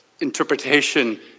interpretation